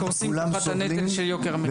סובלים וקורסים תחת הנטל של יוקר המחיה.